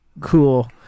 cool